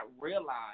realize